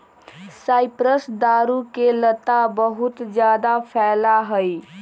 cypress दारू के लता बहुत जादा फैला हई